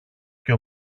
και